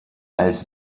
als